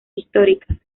históricas